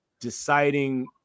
deciding